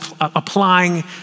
applying